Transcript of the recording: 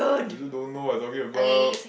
you also don't know what I talking about